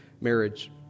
marriage